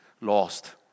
lost